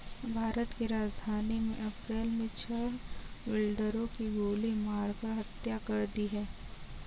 भारत की राजधानी में अप्रैल मे छह बिल्डरों की गोली मारकर हत्या कर दी है